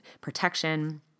protection